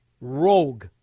rogue